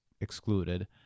excluded